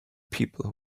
people